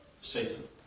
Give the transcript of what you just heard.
Satan